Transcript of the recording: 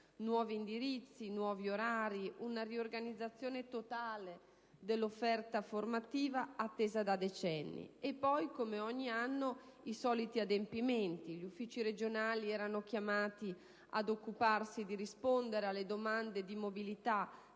Nuovi indirizzi, nuovi orari, una riorganizzazione totale dell'offerta formativa attesa da decenni e poi, come ogni anno, i soliti adempimenti: gli uffici regionali erano chiamati ad occuparsi di rispondere alle domande di mobilità